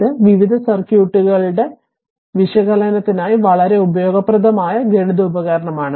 ഇത് വിവിധ സർക്യൂട്ടുകളുടെ വിശകലനത്തിനായി വളരെ ഉപയോഗപ്രദമായ ഗണിത ഉപകരണമാണ്